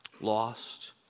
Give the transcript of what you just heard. Lost